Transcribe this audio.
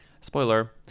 Spoiler